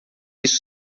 isso